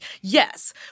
yes